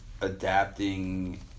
adapting